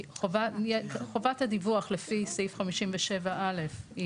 כי חובת הדיווח לפי סעיף 57א' היא